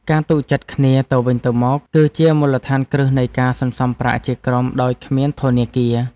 ការទុកចិត្តគ្នាទៅវិញទៅមក គឺជាមូលដ្ឋានគ្រឹះនៃការសន្សំប្រាក់ជាក្រុមដោយគ្មានធនាគារ។